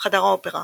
חדר האופרה,